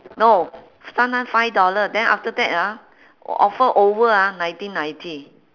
no sometime five dollar then after that ah offer over ah nineteen ninety